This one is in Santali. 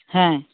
ᱦᱮᱸ